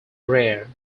rare